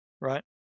right